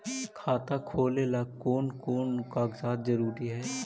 खाता खोलें ला कोन कोन कागजात जरूरी है?